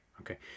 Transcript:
okay